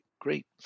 Great